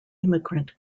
immigrant